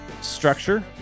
structure